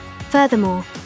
Furthermore